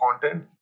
content